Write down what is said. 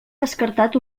descartat